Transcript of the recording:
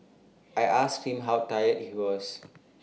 I asked him how tired he was